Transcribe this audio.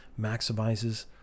maximizes